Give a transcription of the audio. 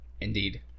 Indeed